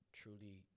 truly